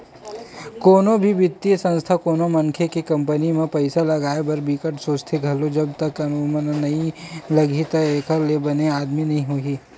कोनो भी बित्तीय संस्था कोनो मनखे के कंपनी म पइसा लगाए बर बिकट सोचथे घलो जब तक ओमन ल नइ लगही के एखर ले बने आमदानी होही